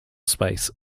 space